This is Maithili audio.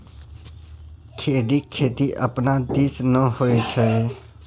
खेढ़ीक खेती अपना दिस नै होए छै